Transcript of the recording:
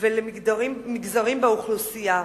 ולמגזרים באוכלוסייה?